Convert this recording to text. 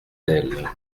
d’elle